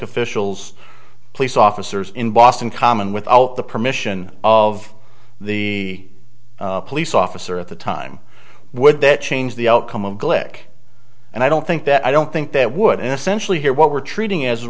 officials police officers in boston common without the permission of the police officer at the time would that change the outcome of glick and i don't think that i don't think that would essentials here what we're treating as a